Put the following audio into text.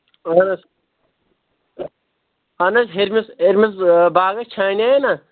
اَہن حظ اَہن حظ ہیٚرمِس ہیٚرمِس باغَس چھانے نہ